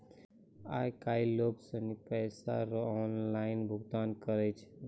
आय काइल लोग सनी पैसा रो ऑनलाइन भुगतान करै छै